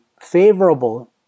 favorable